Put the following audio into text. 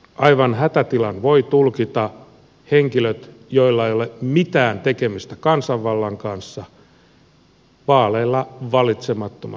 aivan hätätilan voivat tulkita henkilöt joilla ei ole mitään tekemistä kansanvallan kanssa vaaleilla valitsemattomat byrokraatit